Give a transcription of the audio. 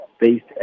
based